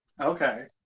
Okay